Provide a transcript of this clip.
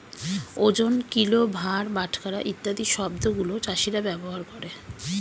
ওজন, কিলো, ভার, বাটখারা ইত্যাদি শব্দ গুলো চাষীরা ব্যবহার করে